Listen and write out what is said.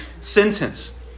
sentence